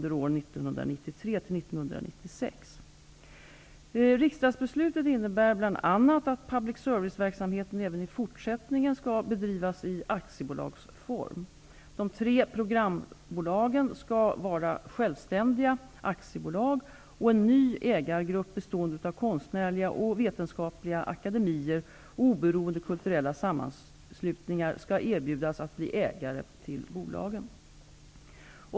Riksdagsbeslutet innebär bl.a. att public serviceverksamheten även i fortsättningen skall bedrivas i aktiebolagsform. De tre programbolagen skall vara självständiga aktiebolag. En ny ägargrupp bestående av konstnärliga och vetenskapliga akademier och oberoende kulturella sammanslutningar skall erbjudas att bli ägare till bolagen.